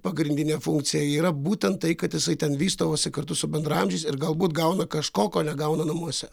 pagrindinė funkcija yra būtent tai kad jisai ten vystovasi kartu su bendraamžiais ir galbūt gauna kažko ko negauna namuose